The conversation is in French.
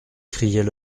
criait